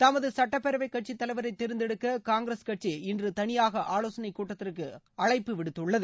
தமது சட்டப்பேரவை கட்சி தலைவரை தேர்ந்தெடுக்க காங்கிரஸ் கட்சி இன்று தனிபாக ஆலோசனை கூட்டத்திற்கு அழைப்பு விடுத்துள்ளது